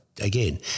again